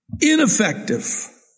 ineffective